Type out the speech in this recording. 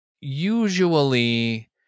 usually